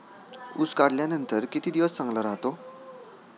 ऊस काढल्यानंतर किती दिवस चांगला राहतो?